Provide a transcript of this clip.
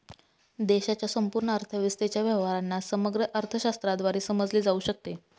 देशाच्या संपूर्ण अर्थव्यवस्थेच्या व्यवहारांना समग्र अर्थशास्त्राद्वारे समजले जाऊ शकते